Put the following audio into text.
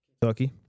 Kentucky